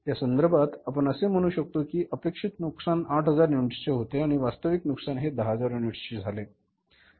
या संदर्भात आपण असे ही म्हणू शकतो कि अपेक्षित नुकसान 8000 युनिट्स होते आणि वास्तविक नुकसान हे 10000 युनिट्स चे झाले